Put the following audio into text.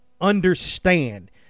understand